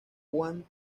cuánto